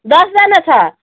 दसजना छ